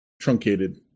truncated